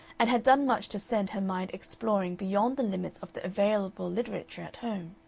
and had done much to send her mind exploring beyond the limits of the available literature at home.